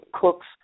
cooks